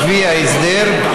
לפי ההסדר,